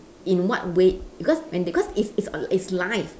in what way because when they cause it's it's it's live